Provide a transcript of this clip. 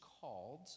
called